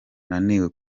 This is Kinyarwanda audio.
naniwe